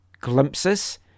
glimpses